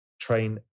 train